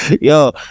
Yo